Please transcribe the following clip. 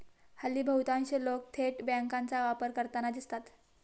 हल्ली बहुतांश लोक थेट बँकांचा वापर करताना दिसतात